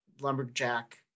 lumberjack